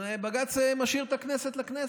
בג"ץ משאיר את הכנסת לכנסת,